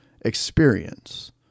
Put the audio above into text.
experience